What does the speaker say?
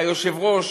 היושב-ראש